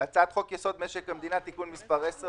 " חוק-יסוד: משק המדינה (תיקון מס' 10